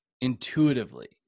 intuitively